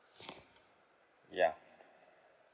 ya